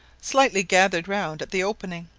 slightly gathered round at the opening,